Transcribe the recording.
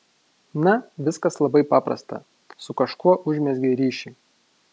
na viskas labai paprasta su kažkuo užmezgei ryšį